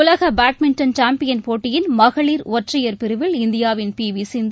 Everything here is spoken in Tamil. உலக பேட்மின்டன் சாம்பியன் போட்டியின் மகளிர் ஒற்றையர் பிரிவில் இந்தியாவின் பி வி சிந்து